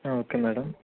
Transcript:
okay madam